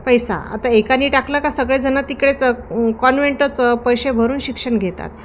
पैसा आता एकाने टाकला का सगळेजण तिकडेच कॉन्वेंटच पैसे भरून शिक्षण घेतात